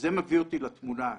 וזה מביא אותי לתמונה הנוספת,